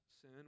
sin